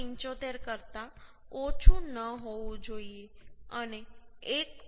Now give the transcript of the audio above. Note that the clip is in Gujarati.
75 કરતા ઓછું ન હોવું જોઈએ અને 1